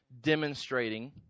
demonstrating